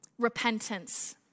repentance